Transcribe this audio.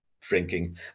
drinking